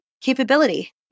capability